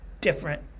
different